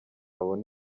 abone